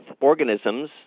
organisms